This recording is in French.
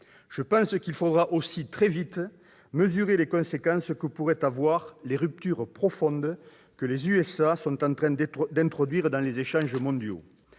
Je pense qu'il faudra aussi très vite mesurer les conséquences que pourraient avoir les ruptures profondes que les États-Unis sont en train d'introduire dans les échanges mondiaux.